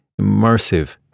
immersive